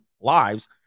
lives